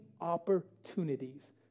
opportunities